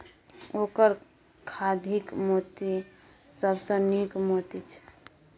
ओकर खाधिक मोती सबसँ नीक मोती छै